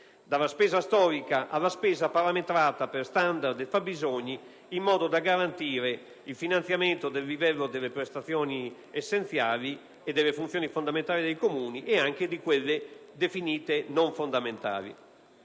dalla spesa storica alla spesa parametrata per standard e fabbisogni, in modo da garantire il finanziamento del livello delle prestazioni essenziali e delle funzioni essenziali dei Comuni, ed anche di quelle definite non fondamentali.